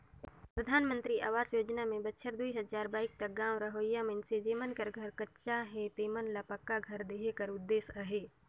परधानमंतरी अवास योजना में बछर दुई हजार बाइस तक गाँव रहोइया मइनसे जेमन कर घर कच्चा हे तेमन ल पक्का घर देहे कर उदेस अहे